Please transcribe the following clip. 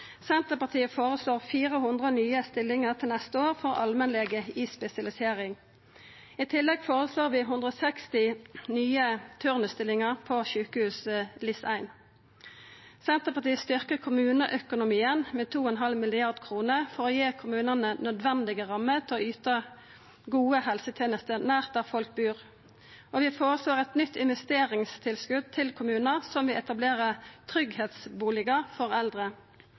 Senterpartiet føreslår 400 nye stillingar til neste år for allmennlege i spesialisering. I tillegg føreslår vi 160 nye turnusstillingar på sjukehus, LIS1. Senterpartiet styrkjer kommuneøkonomien med 2,5 mrd. kr for å gi kommunane nødvendige rammer til å yta gode helsetenester nær der folk bur. Vi føreslår eit nytt investeringstilskot til kommunar som vil etablere tryggleiksbustader for eldre.